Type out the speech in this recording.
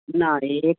ना रे